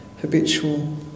habitual